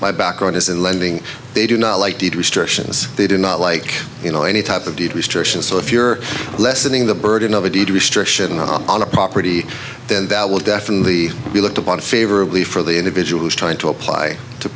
my background is in lending they do not like deed restrictions they do not like you know any type of deed restrictions so if you're lessening the burden of a deed restriction on the property then that will definitely be looked upon favorably for the individuals trying to apply to